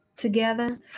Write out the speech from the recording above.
together